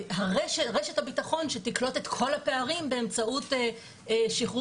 רשת הביטחון שתקלוט את כל הפערים באמצעות שחרור